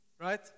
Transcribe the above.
right